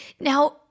now